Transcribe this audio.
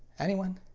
anyone?